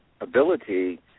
ability